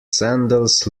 sandals